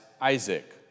Isaac